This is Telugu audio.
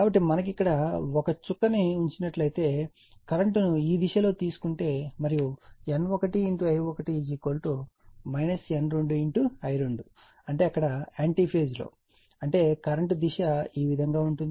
కాబట్టి మనకు ఇక్కడ ఒక చుక్కను ఉంచినట్లయితే కరెంట్ ను ఈ దిశ లో తీసుకంటే మరియు N1 I1 N2 I2 అంటే అక్కడ యాంటీ ఫేజ్లో అంటే కరెంట్ దిశ ఈ విధంగా ఉంటుంది